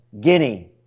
Guinea